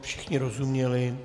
Všichni rozuměli?